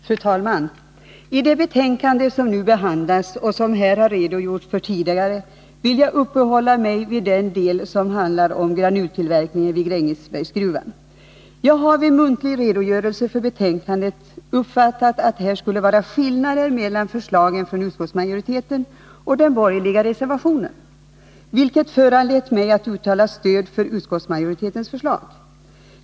Fru talman! I det betänkande som nu behandlas och som här har redogjorts för tidigare vill jag uppehålla mig vid den del som handlar om granultillverkningen vid Grängesbergsgruvan. Jag har vid muntlig redogörelse för betänkandet uppfattat att här skulle vara skillnader mellan förslagen från utskottsmajoriteten och den borgerliga reservationen, vilket föranlett mig att uttala stöd för utskottsmajoritetens förslag.